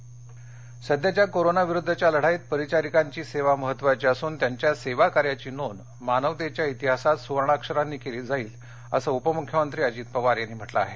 परिचारिका दिन पवार सध्याच्या कोरोनाविरुद्धच्या लढाईत परिचारिकांची सेवा महत्त्वाची असून त्यांच्या सेवाकार्याची नोंद मानवतेच्या इतिहासात सुवर्णाक्षरांनी केली जाईल असं उपमुख्यमंत्री अजित पवार यांनी म्हटलं आहे